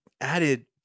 added